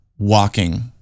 walking